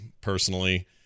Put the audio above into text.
personally